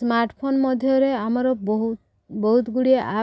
smartphone ମଧ୍ୟରେ ଆମର ବହୁତ ବହୁତ ଗୁଡ଼ିଏ ଆପ୍